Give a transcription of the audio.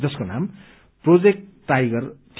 जसको नाम project tiger थियो